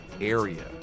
area